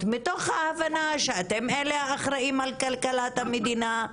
מתוך ההבנה שאתם אלה האחראים על כלכלת המדינה,